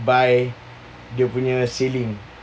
by dia punya sailing